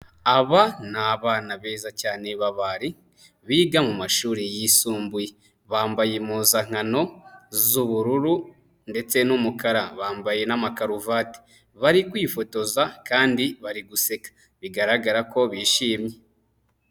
Aba ni abana beza cyane b'abari biga mu mashuri yisumbuye, bambaye impuzankano z'ubururu ndetse n'umukara bambaye n'amakaruvate, bari kwifotoza kandi bari guseka bigaragara ko bishimye.